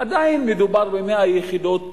עדיין מדובר ב-100 יחידות דיור,